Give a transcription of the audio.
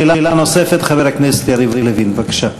שאלה נוספת לחבר הכנסת יריב לוין, בבקשה.